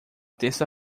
terça